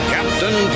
Captain